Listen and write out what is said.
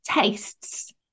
tastes